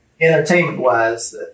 Entertainment-wise